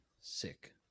Sick